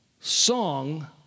song